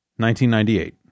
1998